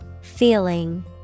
Feeling